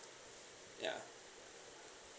ya